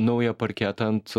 naują parketą ant